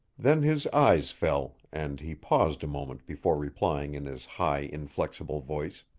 then his eyes fell, and he paused a moment before replying in his high inflexible voice.